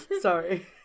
sorry